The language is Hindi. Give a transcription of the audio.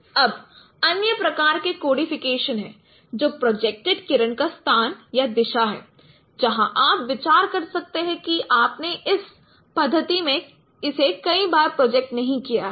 अब अन्य प्रकार के कोडिफिकेशन हैं जो प्रोजेक्टेड किरण का स्थान या दिशा हैं जहां आप विचार कर सकते हैं कि आपने इस पद्धति में इसे कई बार प्रोजेक्ट नहीं किया है